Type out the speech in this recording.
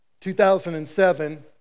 2007